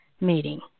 meeting